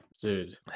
Dude